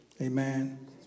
Amen